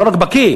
לא רק בקי,